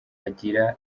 agira